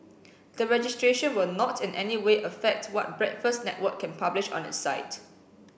the registration will not in any way affect what Breakfast Network can publish on its site